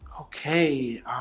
Okay